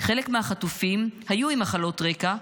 --- חלק מהחטופים היו עם מחלות רקע,